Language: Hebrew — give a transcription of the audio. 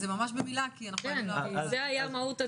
זו הייתה מהות הדיון.